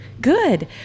good